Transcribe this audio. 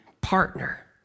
partner